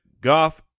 Goff